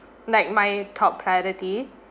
like my top priority